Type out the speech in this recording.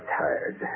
tired